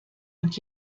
und